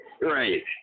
Right